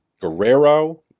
Guerrero